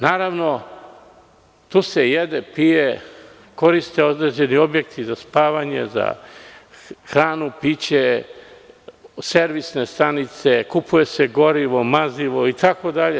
Naravno, tu se jede, pije, koriste određeni objekti za spavanje, za hranu i piće, servisne stanice, kupuje se gorivo, mazivo itd.